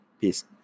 Peace